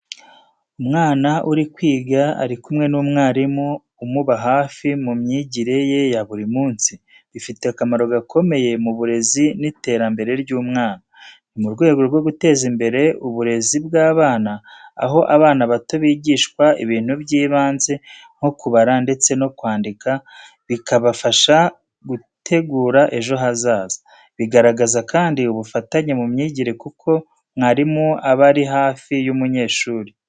Umwana uri kwiga ari kumwe n'umwarimu umuba hafi mu myigire ye ya buri munsi, bifite akamaro gakomeye mu burezi n’iterambere ry’umwana. Ni mu rwego rwo guteza imbere uburezi bw’abana, aho abana bato bigishwa ibintu by’ibanze nko kubara ndetse no kwandika, bikabafasha gutegura ejo heza. Bigaragaza kandi ubufatanye mu myigire kuko mwarimu aba ari hafi y’umunyeshuri.